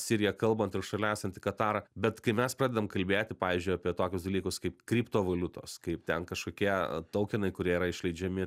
siriją kalbant ir šalia esantį katarą bet kai mes pradedam kalbėti pavyzdžiui apie tokius dalykus kaip kriptovaliutos kaip ten kažkokie toukenai kurie yra išleidžiami